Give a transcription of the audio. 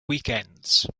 weekends